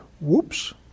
Whoops